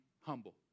humble